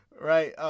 Right